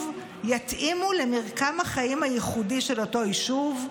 יתאימו למרקם החיים הייחודי של אותו יישוב,